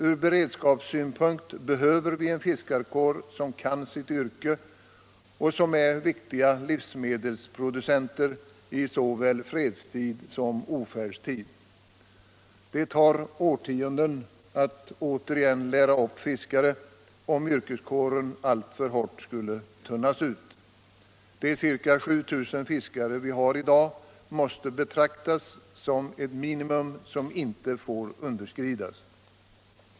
Från beredskapssynpunkt behöver vi en fiskarkår som kan sitt yrke och som är viktiga livsmedelsproducenter i såväl fredstid som ofärdstid. Det tar årtionden att åter lära upp fiskare, om yrkeskåren skulle tunnas ut alltför mycket. De ca 7000 fiskare vi har i dag måste betraktas som ett minimum som inte får underskridas.